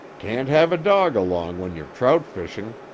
can't have a dog along when you're trout fishing,